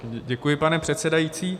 Děkuji, pane předsedající.